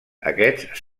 aquests